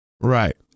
right